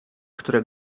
które